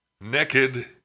naked